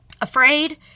afraid